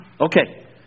Okay